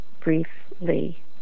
Briefly